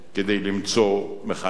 כדי למצוא מכנה משותף.